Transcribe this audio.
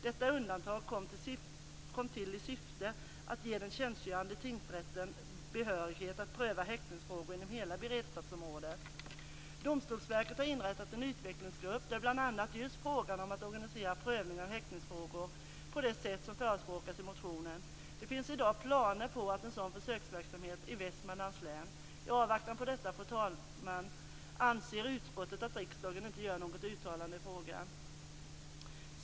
Detta undantag kom till i syfte att ge den tjänstgörande tingsrätten behörighet att pröva häktningsfrågor inom hela beredskapsområdet. Domstolsverket har inrättat en utvecklingsgrupp där bl.a. just frågan om att organisera prövningen av häktningsfrågor på det sätt som förespråkas i motionen tas upp. Det finns i dag planer på en sådan försöksverksamhet i Västmanlands län. I avvaktan på detta, fru talman, anser utskottet att riksdagen inte skall göra något uttalande i frågan.